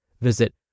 Visit